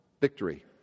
victory